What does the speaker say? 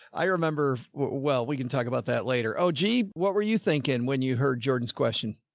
i remember, well, we can talk about that later. oh gee. what were you thinking when you heard jordan's question?